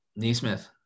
Neesmith